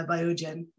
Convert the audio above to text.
Biogen